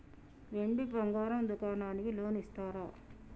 వెండి బంగారం దుకాణానికి లోన్ ఇస్తారా?